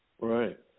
Right